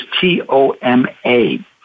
T-O-M-A